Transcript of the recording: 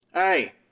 Hey